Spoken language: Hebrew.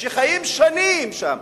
שחיים שנים שם,